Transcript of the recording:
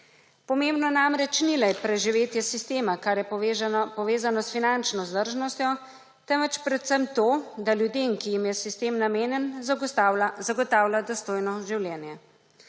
Pomembno namreč ni le preživetje sistema, kar je povezano s finančno vzdržnostjo, temveč predvsem to, da ljudem, ki jim je sistem namenjen, zagotavlja dostojno življenje.